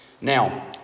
Now